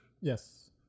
Yes